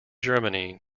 germany